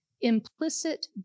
implicit